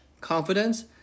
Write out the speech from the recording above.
confidence